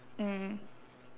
mm